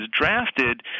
drafted